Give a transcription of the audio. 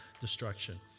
destruction